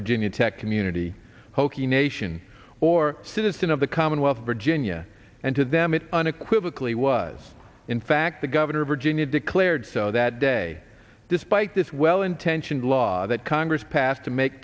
virginia tech community hokie nation or citizen of the commonwealth of virginia and to them it unequivocally was in fact the governor of virginia declared so that day despite this well intentioned law that congress passed to make